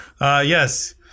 yes